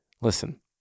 Listen